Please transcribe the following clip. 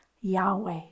Yahweh